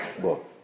book